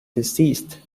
deceased